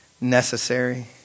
necessary